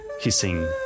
hissing